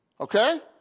Okay